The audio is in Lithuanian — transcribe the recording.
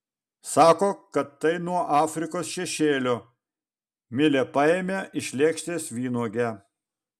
sako kad tai nuo afrikos šešėlio milė paėmė iš lėkštės vynuogę